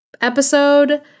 episode